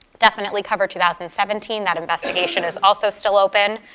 definitely covered two thousand and seventeen. that investigation is also still open.